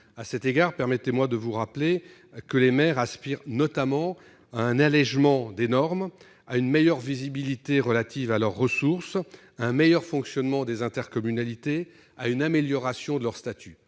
À cet égard, permettez-moi de vous rappeler que les maires aspirent notamment à un allégement des normes, à une visibilité sur l'évolution de leurs ressources, à un meilleur fonctionnement des intercommunalités ou encore à une amélioration de leur statut.